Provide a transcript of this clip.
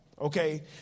Okay